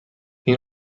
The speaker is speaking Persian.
این